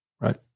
right